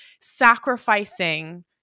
sacrificing